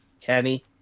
kenny